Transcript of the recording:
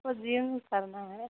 हमको जिम करना है